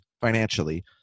financially